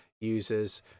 users